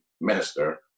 minister